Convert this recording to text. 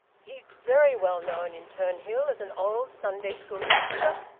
he's very well known in turnhill as an old sunday school teacher,